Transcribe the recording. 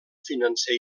financer